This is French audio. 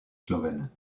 slovène